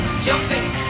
jumping